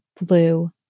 blue